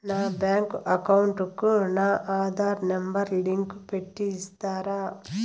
నా bank account కు నా ఆధార్ నెంబర్ లింకు పెట్టి ఇస్తారా?